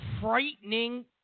frightening